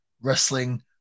wrestling